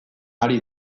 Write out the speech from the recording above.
ari